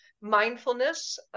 mindfulness